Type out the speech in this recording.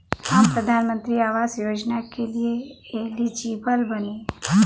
हम प्रधानमंत्री आवास योजना के लिए एलिजिबल बनी?